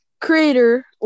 creator